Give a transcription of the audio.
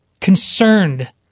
concerned